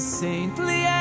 saintly